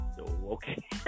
Okay